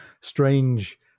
strange